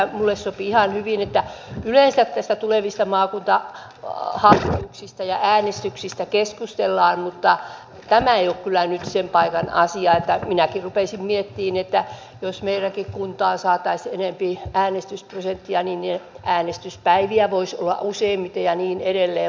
minulle sopii ihan hyvin että yleensä näistä tulevista maakuntahallituksista ja äänestyksistä keskustellaan mutta tämä ei ole nyt sen paikan asia että minäkin rupeaisin miettimään että jotta meidänkin kuntaan saataisiin enempi äänestysprosenttia niin äänestyspäiviä voisi olla useampia ja niin edelleen